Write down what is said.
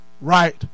right